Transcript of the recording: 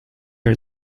are